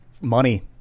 Money